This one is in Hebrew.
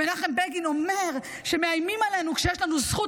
ומנחם בגין אומר שמאיימים עלינו כשיש לנו זכות